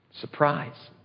Surprise